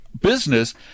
business